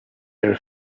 their